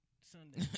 Sunday